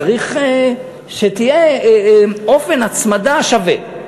צריך שיהיה אופן הצמדה שווה.